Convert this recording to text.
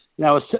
Now